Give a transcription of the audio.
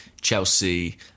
Chelsea